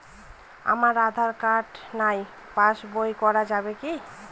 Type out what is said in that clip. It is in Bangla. আমার আঁধার কার্ড নাই পাস বই করা যাবে কি?